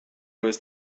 was